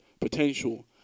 potential